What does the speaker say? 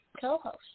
Co-host